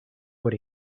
por